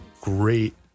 great